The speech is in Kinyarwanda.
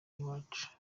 iwacu